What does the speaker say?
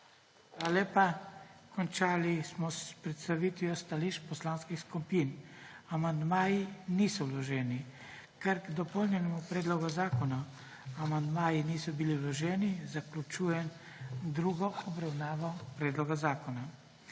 lepa. Končali smo s predstavitvijo stališč poslanskih skupin. Amandmaji niso vloženi. Ker k dopolnjenemu predlogu zakona amandmaji niso bili vloženi, zaključujem drugo obravnavo predloga zakona.